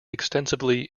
extensively